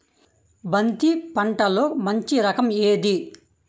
బంతి పంటలో మంచి రకం ఏది?